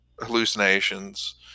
hallucinations